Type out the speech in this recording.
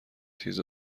تیز